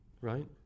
right